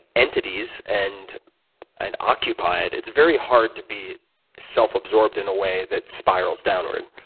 entities and and occupied, it's very hard to be self absorbed in a way that spirals downward.